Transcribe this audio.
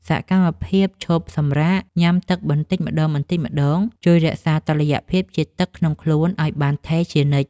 សកម្មភាពឈប់សម្រាកញ៉ាំទឹកបន្តិចម្ដងៗ ជួយរក្សាតុល្យភាពជាតិទឹកក្នុងខ្លួនឱ្យបានថេរជានិច្ច។